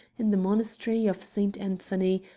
in the monastery of saint anthony,